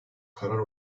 karar